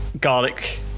garlic